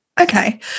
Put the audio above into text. Okay